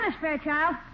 Fairchild